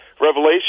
Revelation